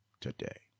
today